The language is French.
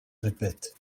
répète